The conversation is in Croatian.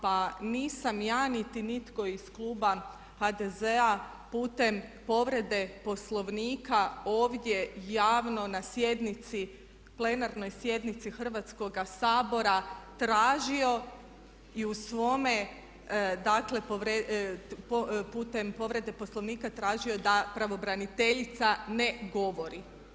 Pa nisam ja niti nitko iz kluba HDZ-a putem povrede Poslovnika ovdje javno na sjednici, plenarnoj sjednici Hrvatskoga sabora tražio i u svome dakle putem povrede Poslovnika tražio da pravobraniteljica ne govori.